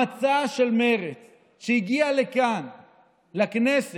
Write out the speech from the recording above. המצע של מרצ שהגיע לכאן לכנסת,